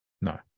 No